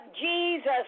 Jesus